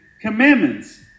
Commandments